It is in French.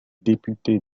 député